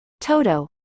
toto